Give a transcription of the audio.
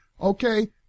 Okay